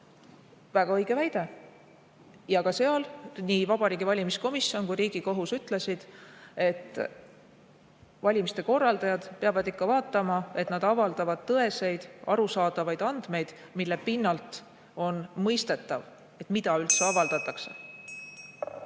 Väga õige väide. Ja nii Vabariigi Valimiskomisjon kui ka Riigikohus ütlesid, et valimiste korraldajad peavad ikka vaatama, et nad avaldavad tõeseid ja arusaadavaid andmeid, mille pinnalt on mõistetav, mida üldse avaldatakse.